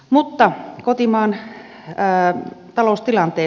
mutta kotimaan taloustilanteeseen